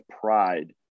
pride